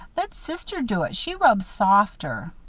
let sister do it she rubs softer.